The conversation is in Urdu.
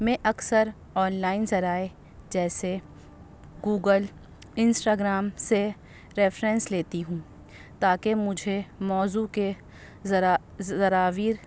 میں اکثر آنلائن ذرائع جیسے گوگل انسٹاگرام سے ریفرینس لیتی ہوں تاکہ مجھے موضوع کے زراویر